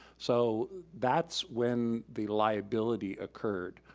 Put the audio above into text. so that's when the liability occurred,